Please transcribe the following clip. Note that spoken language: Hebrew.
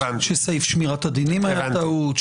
שסעיף שמירת הדינים היה טעות,